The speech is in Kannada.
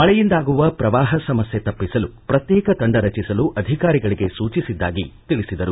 ಮಳೆಯಿಂದಾಗುವ ವಿದ್ಯುತ್ ಸಮಸ್ಯೆ ತಪ್ಪಿಸಲು ಪ್ರತ್ಯೇಕ ತಂಡ ರಚಿಸಲು ಅಧಿಕಾರಿಗಳಿಗೆ ಸೂಚಿಸಿದ್ದಾಗಿ ತಿಳಿಸಿದರು